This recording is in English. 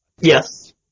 Yes